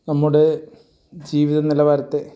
നമ്മുടെ ജീവിത നിലവാരത്തെ